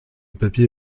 papier